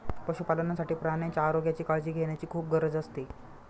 पशुपालनासाठी प्राण्यांच्या आरोग्याची काळजी घेण्याची खूप गरज असते